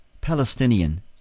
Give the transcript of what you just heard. Palestinian